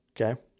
okay